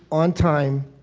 on time,